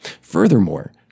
Furthermore